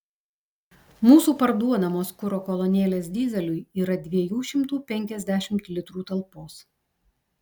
mūsų parduodamos kuro kolonėlės dyzeliui yra dviejų šimtų penkiasdešimt litrų talpos